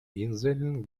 inseln